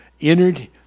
entered